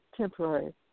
temporary